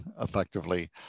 effectively